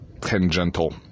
Tangential